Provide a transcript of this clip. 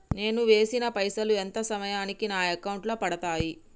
నేను వేసిన పైసలు ఎంత సమయానికి నా అకౌంట్ లో పడతాయి?